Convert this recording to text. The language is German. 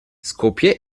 skopje